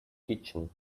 kitchen